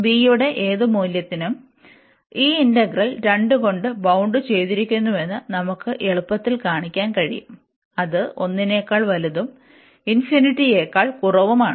b യുടെ ഏത് മൂല്യത്തിനും ഈ ഇന്റഗ്രൽ 2 കൊണ്ട് ബൌൺഡ് ചെയ്തിരിക്കുന്നുവെന്ന് നമുക്ക് എളുപ്പത്തിൽ കാണിക്കാൻ കഴിയും അത് 1നേക്കാൾ വലുതും യേക്കാൾ കുറവുമാണ്